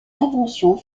inventions